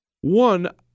One